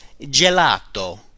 gelato